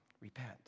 repent